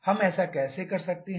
हम ऐसा कैसे कर सकते हैं